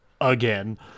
again